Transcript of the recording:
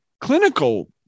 clinical